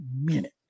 minute